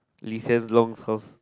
Lee-Hsien-Loong house